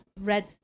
red